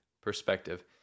Perspective